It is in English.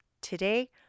Today